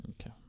Okay